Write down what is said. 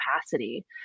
capacity